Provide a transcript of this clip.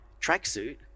tracksuit